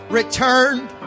returned